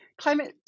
climate